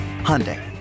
Hyundai